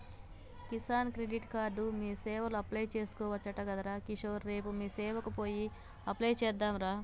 Kisan credit card మీసేవల apply చేసుకోవచ్చట గదరా కిషోర్ రేపు మీసేవకు పోయి అప్లై చెద్దాంరా